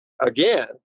again